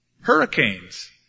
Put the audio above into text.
Hurricanes